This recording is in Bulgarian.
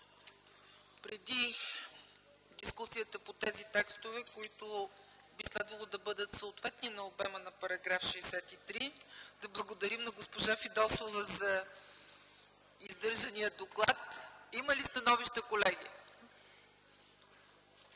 Преди дискусията по тези текстове, които би следвало да бъдат съответни на обема на § 63, да благодарим на госпожа Фидосова за издържания доклад. Колеги, има ли становища?